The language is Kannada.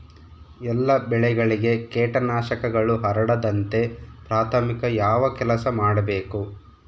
ಎಲ್ಲ ಬೆಳೆಗಳಿಗೆ ಕೇಟನಾಶಕಗಳು ಹರಡದಂತೆ ಪ್ರಾಥಮಿಕ ಯಾವ ಕೆಲಸ ಮಾಡಬೇಕು?